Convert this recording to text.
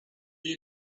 you